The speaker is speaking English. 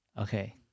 Okay